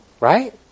Right